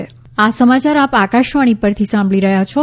corona appeal આ સમાચાર આપ આકાશવાણી પરથી સાંભળી રહ્યા છો